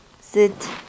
sit